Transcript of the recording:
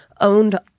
owned